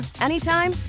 anytime